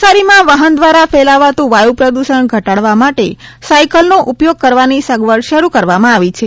નવસારીમા વાહન દ્વારા ફેલાવાતું વાયુ પ્રદૃષણ ઘટાડવા માટે સાયકલનો ઊપયોગ કરવાની સગવડ શરૂ કરવામાં આવી છે